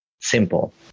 simple